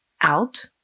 out